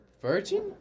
Virgin